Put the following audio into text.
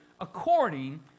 according